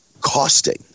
costing